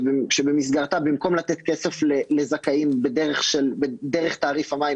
שבמסגרתה במקום לתת כסף לזכאים דרך תעריף המים,